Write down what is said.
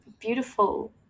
beautiful